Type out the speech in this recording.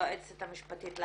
היועצת המשפטית,